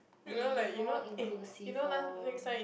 be more inclusive orh